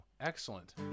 Excellent